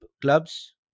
clubs